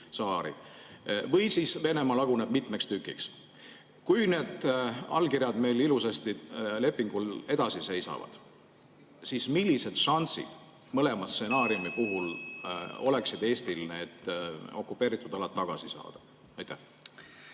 saari. Või siis Venemaa laguneb mitmeks tükiks. Kui need allkirjad meil ilusasti lepingul edasi seisavad, siis millised šansid mõlema stsenaariumi puhul oleksid Eestil need okupeeritud alad tagasi saada? Aitäh,